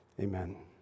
amen